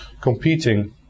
competing